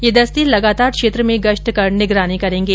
ये दस्ते लगातार क्षेत्र में गश्त कर निगरानी करेंगे